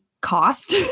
cost